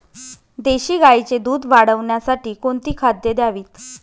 देशी गाईचे दूध वाढवण्यासाठी कोणती खाद्ये द्यावीत?